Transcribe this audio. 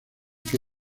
que